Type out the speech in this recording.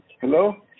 Hello